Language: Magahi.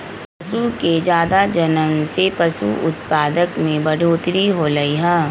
पशु के जादा जनम से पशु उत्पाद में बढ़ोतरी होलई ह